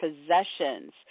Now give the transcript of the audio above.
possessions